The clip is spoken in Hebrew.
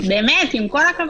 באמת, עם כל הכבוד.